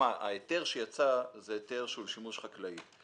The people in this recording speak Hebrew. ההיתר שיצא הוא היתר לשימוש חקלאי,